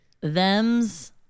thems